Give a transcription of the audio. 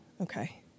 okay